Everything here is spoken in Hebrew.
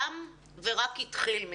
מבחינתי תם ורק התחיל.